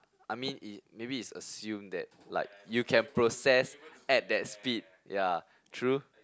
I mean it maybe it's assumed that like you can process at that speed ya true